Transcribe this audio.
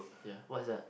ya what's that